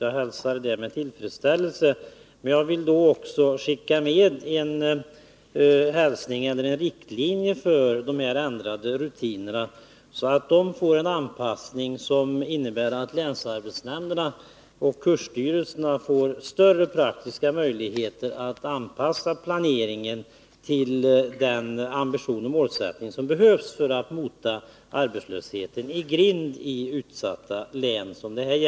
Jag hälsar det med tillfredsställelse, men jag vill då också skicka med en riktlinje för de ändrade rutinerna, nämligen att dessa får en anpassning som innebär att länsarbetsnämnderna och kursstyrelserna får större praktiska möjligheter att anpassa planeringen till den ambition och målsättning som behövs för att möta arbetslösheten i utsatta län.